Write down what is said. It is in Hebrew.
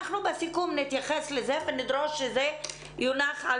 בסיכום נתייחס לזה ונדרוש שזה יונח על